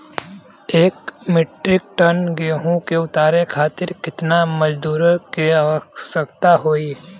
एक metric ton गेहूँ के उतारे खातीर कितना मजदूर क आवश्यकता होई?